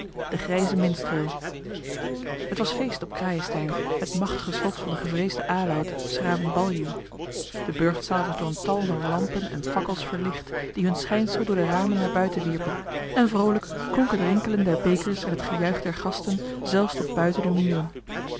de grijze minstreel t was feest op crayenstein het machtige slot van den gevreesden aloud s graven baljuw de burchtzaal was door een tal van lampen en fakkels verlicht die hun schijnsel door de ramen naar buiten wierpen en vroolijk klonk het rinkelen der bekers en het gejuich der gasten zelfs tot buiten de muren